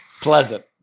pleasant